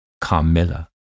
Carmilla